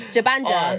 Jabanja